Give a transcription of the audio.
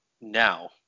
now